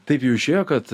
taip jau išėjo kad